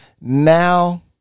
now